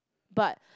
but